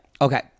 Okay